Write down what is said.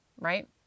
Right